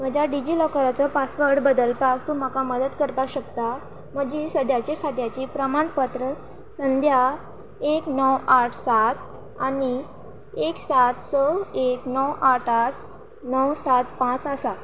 म्हज्या डिजिलॉकराचो पासवर्ड बदलपाक तूं म्हाका मदत करपाक शकता म्हजी सद्याची खात्याची प्रमाणपत्र संध्या एक णव आठ सात आनी एक सात स एक णव आठ आठ णव सात पांच आसा